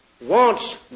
wants